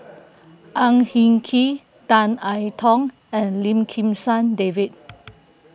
Ang Hin Kee Tan I Tong and Lim Kim San David